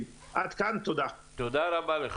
כי